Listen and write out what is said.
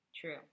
True